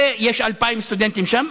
ויש 2,000 סטודנטים שם,